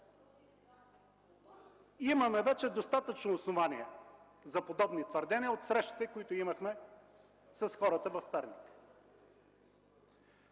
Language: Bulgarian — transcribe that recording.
Имаме вече достатъчно основание за подобни твърдения от срещите, които имахме с хората в Перник.